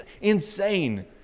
insane